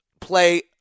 play